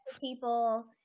people